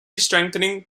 strengthening